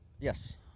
Yes